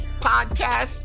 Podcast